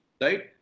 Right